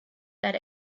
that